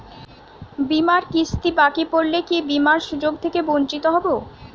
বিমার কিস্তি বাকি পড়লে কি বিমার সুযোগ থেকে বঞ্চিত হবো?